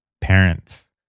parents